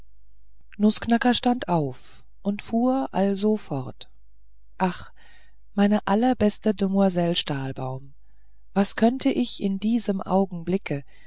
nußknacker stand auf und fuhr also fort ach meine allerbeste demoiselle stahlbaum was könnte ich in diesem augenblicke